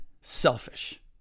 selfish